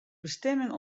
bestimming